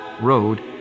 Road